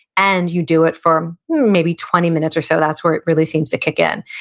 and you do it for maybe twenty minutes or so. that's where it really seems to kick in.